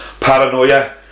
paranoia